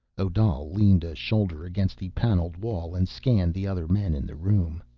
odal leaned a shoulder against the paneled wall and scanned the other men in the room.